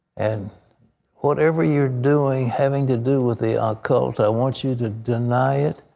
and whatever you're doing, having to do with the occult, i want you to deny it.